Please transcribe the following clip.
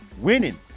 Winning